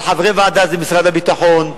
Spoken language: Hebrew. אבל חברי הוועדה זה משרד הביטחון,